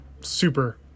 Super